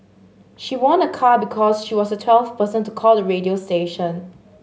she won a car because she was the twelfth person to call the radio station